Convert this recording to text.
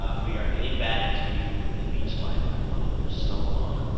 ah we are getting back to the beach life i've wanted for so long.